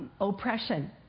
oppression